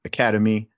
Academy